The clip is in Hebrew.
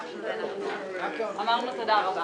הדברים הבאים נאמרו בפתח הישיבה הבאה